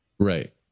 Right